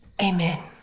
Amen